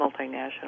multinational